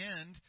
end